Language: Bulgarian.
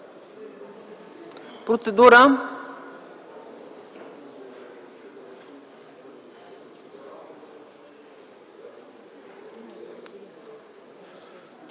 процедура